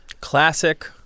Classic